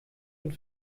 und